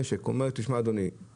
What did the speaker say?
דוידסון בוועדת המשנה לענייני כדורגל.